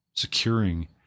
securing